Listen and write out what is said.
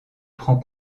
prend